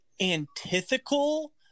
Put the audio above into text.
antithetical